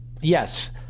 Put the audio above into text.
yes